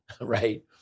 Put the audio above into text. right